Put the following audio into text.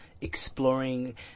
exploring